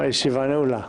הישיבה נעולה.